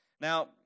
Now